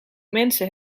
mensen